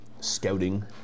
scouting